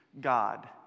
God